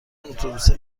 اتوبوسه